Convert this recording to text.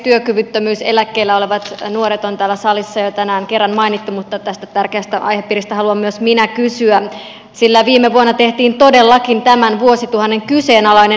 työkyvyttömyyseläkkeellä olevat nuoret on täällä salissa jo tänään kerran mainittu mutta tästä tärkeästä aihepiiristä haluan myös minä kysyä sillä viime vuonna tehtiin todellakin tämän vuosituhannen kyseenalainen ennätys